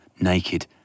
naked